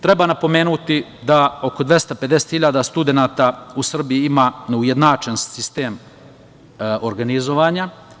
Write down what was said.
Treba napomenuti da oko 250.000 studenata u Srbiji ima neujednačen sistem organizovanja.